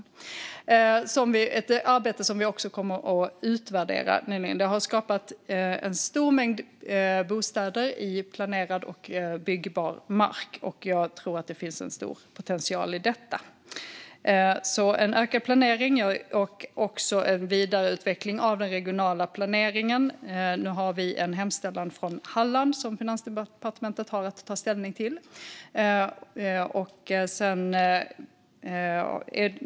Detta är ett arbete som vi kommer att utvärdera, och det har skapat en stor mängd bostäder på planerad och byggbar mark. Jag tror att det finns en stor potential i det här. Det handlar om en ökad planering och en vidareutveckling av den regionala planeringen. Nu har vi en hemställan från Halland som Finansdepartementet har att ta ställning till.